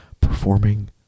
performing